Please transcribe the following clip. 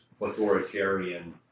authoritarian